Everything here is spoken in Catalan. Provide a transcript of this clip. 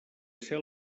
ser